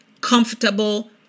comfortable